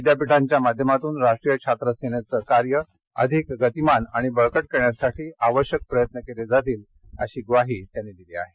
विद्यापीठांच्या माध्यमातून राष्ट्रीय छात्रसेनेचे कार्य अधिक गतिमान आणि बळकट करण्यासाठी आवश्यक प्रयत्न केले जातील अशी ग्वाही त्यांनी दिली आहे